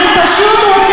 את מדברת על חברי כנסת,